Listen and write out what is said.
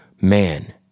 Man